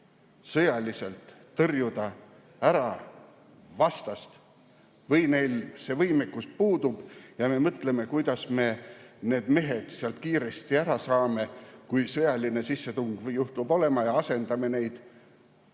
sõjaliselt tõrjuda ära vastast või meil see võimekus puudub ja me mõtleme, kuidas me need mehed sealt kiiresti ära saame, kui sõjaline sissetung juhtub olema, ja asendame neid?